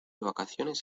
vacaciones